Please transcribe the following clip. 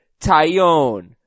Tyone